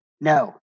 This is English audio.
No